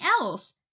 else